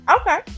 okay